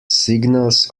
signals